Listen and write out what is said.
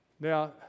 Now